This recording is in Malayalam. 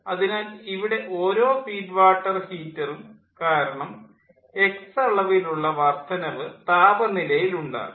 അതിനാൽ ഇവിടെ ഓരോ ഫീഡ് വാട്ടർ ഹീറ്ററും കാരണം X അളവിലുളള വർദ്ധനവ് താപനിലയിൽ ഉണ്ടാകും